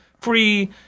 free